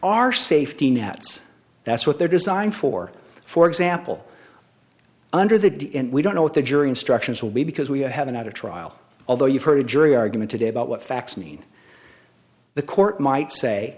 are safety nets that's what they're designed for for example under the d and we don't know what the jury instructions will be because we have another trial although you've heard a jury argument today about what facts mean the court might say